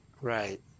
right